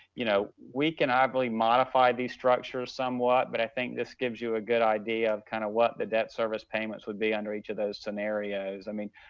you know, we can, i believe, modify these structures somewhat, but i think this gives you a good idea of kinda kind of what the debt service payments would be under each of those scenarios. i mean,